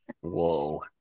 Whoa